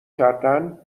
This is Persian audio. کردن